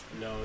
No